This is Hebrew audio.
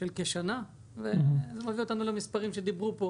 כשנה וזה מביא אותנו למספרים שדיברו פה,